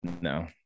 no